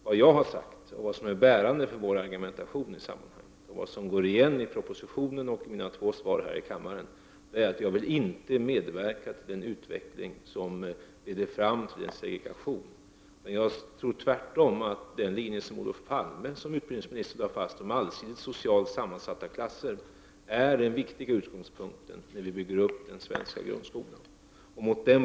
Vad jag har sagt och vad som är bärande i vår argumentation i sammanhanget och som går igen i propositionen och i mina två svar här i kammaren är att jag inte vill medverka till en utveckling som leder fram till en segregation. Jag tror tvärtom att den linje som Olof Palme som utbildningsminister lade fast med socialt allsidigt sammansatta klasser är en viktig utgångspunkt när vi bygger upp den svenska grundskolan.